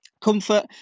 Comfort